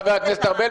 חבר הכנסת ארבל,